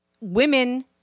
women